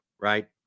Right